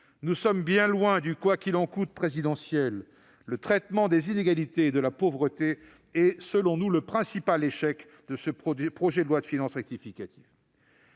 Nous sommes bien loin du « quoi qu'il en coûte » présidentiel. Le traitement des inégalités et de la pauvreté est, selon nous, le principal échec de ce projet de loi de finances rectificative.